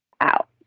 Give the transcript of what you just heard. out